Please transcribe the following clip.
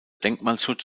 denkmalschutz